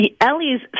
Ellie's